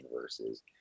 versus